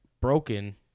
broken